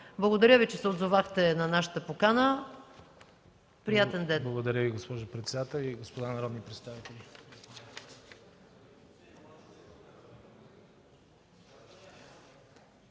Благодаря Ви, че се отзовахте на нашата покана. Приятен ден.